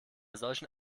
solchen